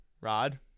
Rod